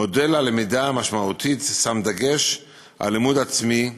מודל הלמידה המשמעותית שם דגש על לימוד עצמי,